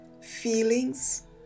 feelings